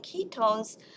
ketones